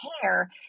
hair